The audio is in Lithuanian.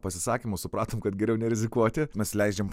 pasisakymų supratom kad geriau nerizikuoti mes leidžiam